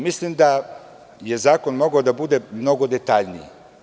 Mislim da je zakon mogao da bude mnogo detaljniji.